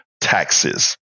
taxes